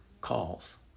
calls